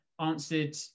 answered